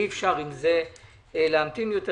אי אפשר להמתין עם זה יותר.